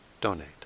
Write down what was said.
donate